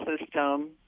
system